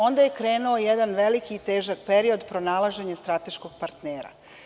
Onda je krenuo jedan veliki i težak period pronalaženja strateškog partnera.